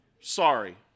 Sorry